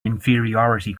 inferiority